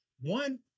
one—